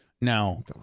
Now